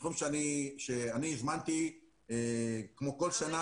מדינת ישראל יכולה לעשות בהם שימוש בין-לאומי כזה או אחר,